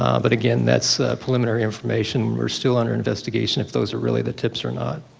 um but again that's preliminary information, we're still under investigation if those are really the tips or not.